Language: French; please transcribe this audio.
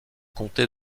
comté